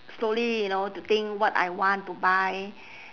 slowly you know to think what I want to buy